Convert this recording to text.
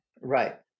right